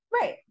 Right